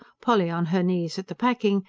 polly on her knees at the packing,